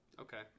Okay